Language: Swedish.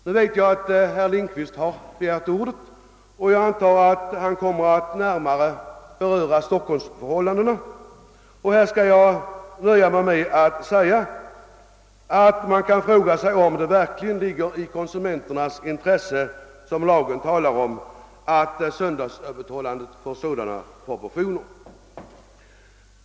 Jag vet att herr Lindkvist har begärt ordet, och jag antar, att han kommer att beröra Stockholmsförhållandena. Jag skall därför nöja mig med att säga att man kan fråga sig, om det verkligen ligger i konsumenternas intresse, som lagen talar om, att söndagsöppethållandet får sådana proportioner.